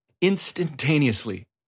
instantaneously